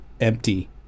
empty